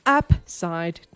upside